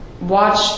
watch